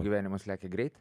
gyvenimas lekia greit